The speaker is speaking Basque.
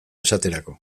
esaterako